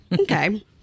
Okay